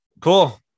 Cool